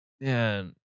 man